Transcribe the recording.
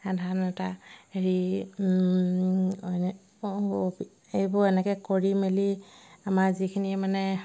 সাধাৰণ এটা হেৰি এইবোৰ এনেকে কৰি মেলি আমাৰ যিখিনি মানে